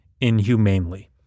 inhumanely